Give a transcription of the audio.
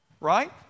right